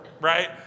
Right